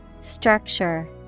Structure